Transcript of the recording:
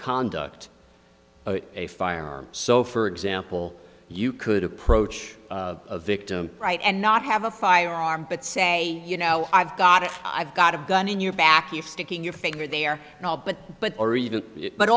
conduct a firearm so for example you could approach a victim right and not have a firearm but say you know i've got it i've got a gun in your back if sticking your finger there and all but but